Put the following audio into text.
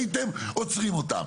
הייתם עוצרים אותן.